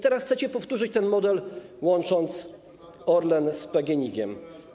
Teraz chcecie powtórzyć ten model, łącząc Orlen z PGNiG-iem.